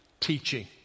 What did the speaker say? teaching